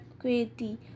quality